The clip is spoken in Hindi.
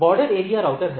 बॉर्डर एरिया राउटर हैं